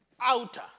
outer